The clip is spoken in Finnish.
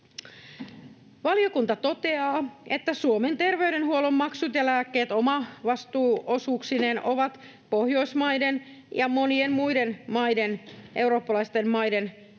Valiokunta toteaa, että Suomen terveydenhuollon maksut ja lääkkeet omavastuuosuuksineen ovat Pohjoismaihin ja moniin muihin eurooppalaisiin maihin verrattuna